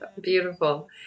beautiful